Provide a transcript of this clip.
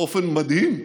באופן מדהים,